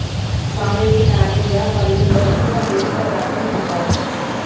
మామిడి, నారింజ పల్లులో ఎక్కువ పీసు పదార్థం ఉంటాది